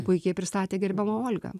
puikiai pristatė gerbiama olga